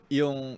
yung